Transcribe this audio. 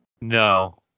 No